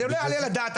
לא יעלה על הדעת,